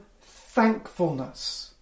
thankfulness